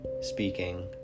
speaking